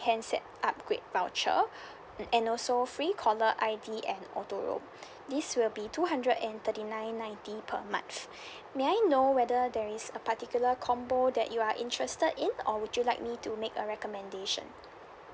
handset upgrade voucher mm and also free caller I_D and auto reload this will be two hundred and thirty nine ninety per month may I know whether there is a particular combo that you are interested in or would you like me to make a recommendation